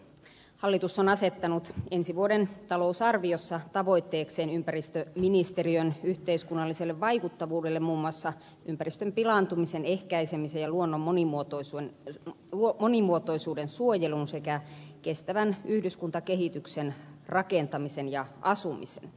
hallitus on asettanut ensi vuoden talousarviossa tavoitteekseen ympäristöministeriön yhteiskunnallisessa vaikuttavuudessa muun muassa ympäristön pilaantumisen ehkäisemisen ja luonnon monimuotoisuuden suojelun sekä kestävän yhdyskuntakehityksen rakentamisen ja asumisen